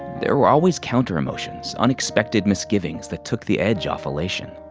there were always counter emotions, unexpected misgivings that took the edge off. elation.